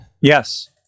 Yes